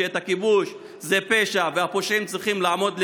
שהכיבוש זה פשע והפושעים צריכים לעמוד לדין,